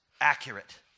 accurate